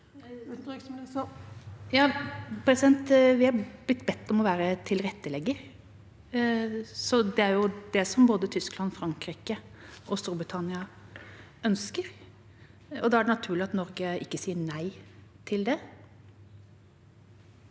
Vi har blitt bedt om å være tilrettelegger. Det er det både Tyskland, Frankrike og Storbritannia ønsker, og da er det naturlig at Norge ikke sier nei til det.